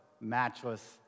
matchless